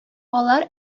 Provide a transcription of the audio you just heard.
алар